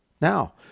Now